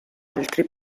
altri